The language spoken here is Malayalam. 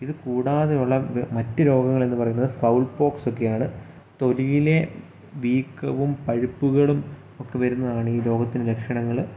ഇത് കൂടാതെ ഉള്ള മറ്റ് രോഗങ്ങളെന്ന് പറയുന്നത് ഫൗൾ പോക്സ് ഒക്കെയാണ് തൊലിയിലെ വീക്കവും പഴുപ്പുകളും ഒക്കെ വരുന്നതാണ് ഈ രോഗത്തിൻ്റെ ലക്ഷണങ്ങൾ